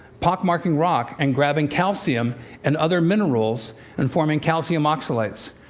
pockmarking rock and grabbing calcium and other minerals and forming calcium oxalates.